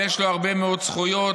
ויש לו הרבה מאוד זכויות,